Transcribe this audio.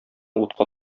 утка